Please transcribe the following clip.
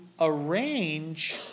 arrange